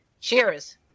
cheers